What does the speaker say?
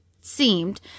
seemed